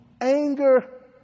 Anger